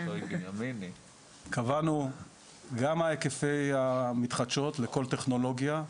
קבענו גם מה ההיקפי המתחדשות לכל טכנולוגיה,